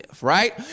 right